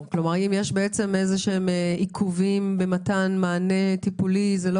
אם יש עיכובים במתן מענה טיפולי זה לא